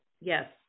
Yes